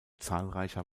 zahlreicher